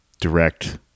direct